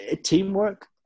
teamwork